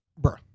bruh